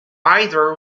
either